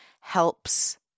helps